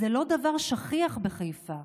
זה לא דבר שכיח בחיפה,